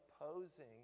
opposing